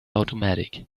automatic